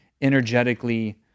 energetically